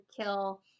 kill